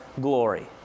glory